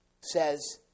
says